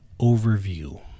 overview